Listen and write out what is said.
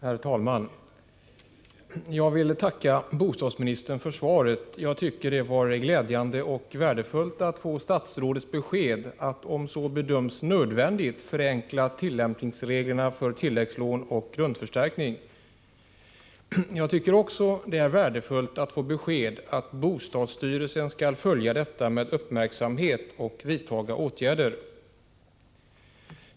Herr talman! Jag vill tacka bostadsministern för svaret. Jag tycker det är glädjande och värdefullt att ha fått statsrådets besked när det gäller att, om så bedöms nödvändigt, förenkla tillämpningsreglerna för tillägslån till grundförstärkning. Jag tycker också att det är värdefullt att ha fått beskedet att bostadsstyrelsen skall följa detta med uppmärksamhet och vidta åtgärder.